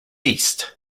east